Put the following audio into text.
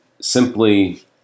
simply